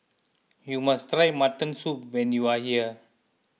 you must try Mutton Soup when you are here